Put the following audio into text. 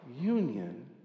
Union